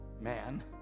man